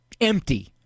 empty